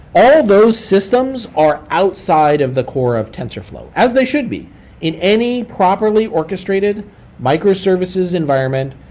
all those systems are outside of the core of tensorflow, as they should be in any properly orchestrated microservices environment,